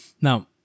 Now